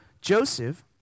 Joseph